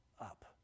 up